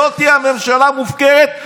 זאת ממשלה מופקרת,